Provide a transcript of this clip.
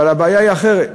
אבל הבעיה היא אחרת,